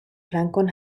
flankon